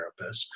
therapists